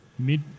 Mid